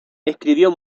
escribió